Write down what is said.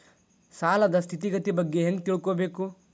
ಸಾಲದ್ ಸ್ಥಿತಿಗತಿ ಬಗ್ಗೆ ಹೆಂಗ್ ತಿಳ್ಕೊಬೇಕು?